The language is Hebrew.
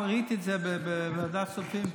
ראיתי את זה בוועדת כספים,